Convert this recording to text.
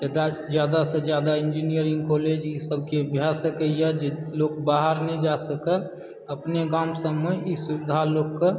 एतय ज्यादासँ ज्यादा इन्जीनियरिंग कॉलेजसभके भए सकयए जे लोक बाहर नहि जा सकत अपने गाम सभमे ई सुविधा लोकके